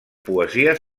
poesies